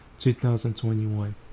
2021